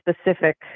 specific